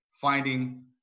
finding